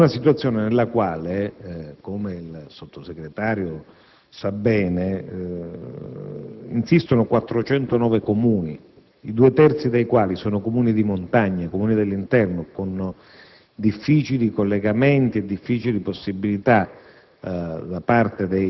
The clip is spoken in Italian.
in una situazione nella quale - come il Sottosegretario sa bene - insistono 409 Comuni, i due terzi dei quali sono Comuni di montagna, dell'interno, con collegamenti difficili e scarse possibilità